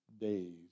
days